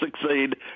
succeed